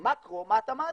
מקרו, מה אתה מעדיף.